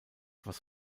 was